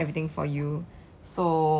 not say in bulk lah but in packet